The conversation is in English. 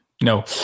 No